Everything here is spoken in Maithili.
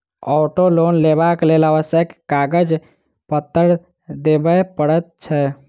औटो लोन लेबाक लेल आवश्यक कागज पत्तर देबअ पड़ैत छै